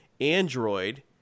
Android